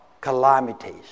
calamities